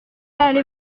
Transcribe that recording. allé